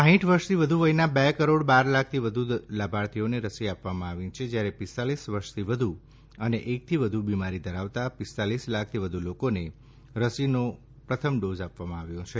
સાઇઠ વર્ષથી વધુ વયના બે કરોડ બાર લાખથી વધુ લાભાર્થીઓને રસી આપવામાં આવી છે જયારે પિસ્તાલીસ વર્ષથી વધુ અને એકથી વધુ બિમારી ધરાવતા પિસ્તાલીસ લાખથી વધુ લોકોને રસીનો પ્રથમ ડોઝ આપવામાં આવ્યો છે